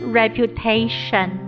reputation